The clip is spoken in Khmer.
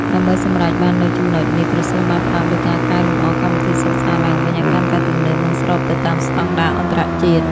ដើម្បីសម្រេចបាននូវចំណុចនេះ ក្រសួងបានផ្តោតលើការកែលម្អកម្មវិធីសិក្សាឡើងវិញឱ្យកាន់តែទំនើប និងស្របទៅតាមស្តង់ដារអន្តរជាតិ។